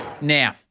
Now